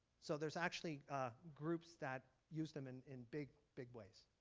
so there's actually groups that use them and in big big ways.